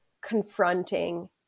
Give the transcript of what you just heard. confronting